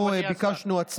ולי באופן